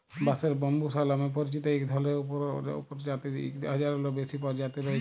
বাঁশের ব্যম্বুসা লামে পরিচিত ইক ধরলের উপপরজাতির ইক হাজারলেরও বেশি পরজাতি রঁয়েছে